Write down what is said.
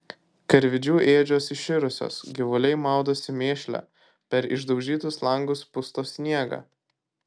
karvidžių ėdžios iširusios gyvuliai maudosi mėšle per išdaužytus langus pusto sniegą